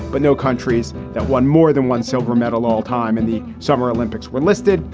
but no countries that won more than one silver medal all time in the summer olympics were listed.